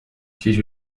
siis